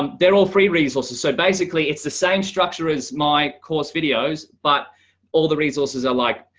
um they're all free resources. so basically, it's the same structure as my course videos. but all the resources are like,